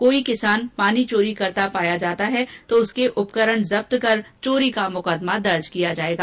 कोई किसान पानी चोरी करता पाया जाता है तो उसके उपकरण जब्त कर चोरी का मुकदमा दर्ज किया जाएगा